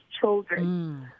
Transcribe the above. children